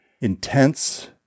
intense